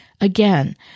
Again